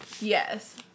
Yes